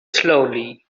slowly